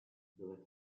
dove